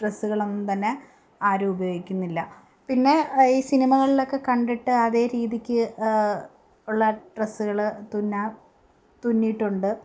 ഡ്രസ്സുകളൊന്നും തന്നെ ആരും ഉപയോഗിക്കുന്നില്ല പിന്നെ ഈ സിനിമകളിലൊക്കെ കണ്ടിട്ട് അതേ രീതിക്ക് ഉള്ള ഡ്രസ്സുകൾ തുന്നാ തുന്നിയിട്ടുണ്ട്